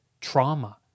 trauma